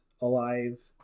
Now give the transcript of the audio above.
alive